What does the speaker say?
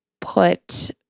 put